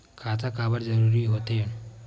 खाता काबर जरूरी हो थे?